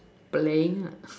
playing ah